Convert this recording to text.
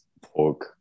pork